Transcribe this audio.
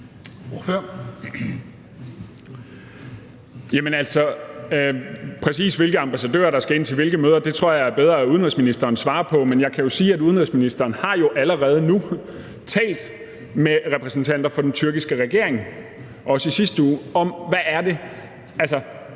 Præcis hvilke ambassadører der skal ind til hvilke møder tror jeg det er bedre at udenrigsministeren svarer på. Men jeg kan jo sige, at udenrigsministeren allerede nu, også i sidste uge, har talt med repræsentanter for den tyrkiske regering og i klar tekst har sagt, hvad det er,